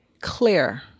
clear